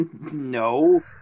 No